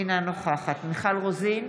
אינה נוכחת מיכל רוזין,